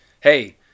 hey